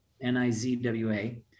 N-I-Z-W-A